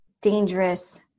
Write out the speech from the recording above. dangerous